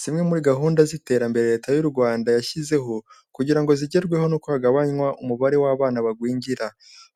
Zimwe muri gahunda z'iterambere leta y'u rwanda yashyizeho, kugira ngo zigerweho nuko hagabanywa umubare w'abana bagwingira.